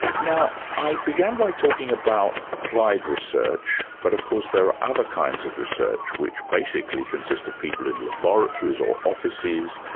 now i began by talking about applied research, but of course there are other kinds of research, which basically consists of people in laboratories or offices,